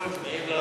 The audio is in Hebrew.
בכל זאת.